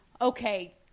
okay